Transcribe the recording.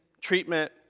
treatment